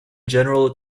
general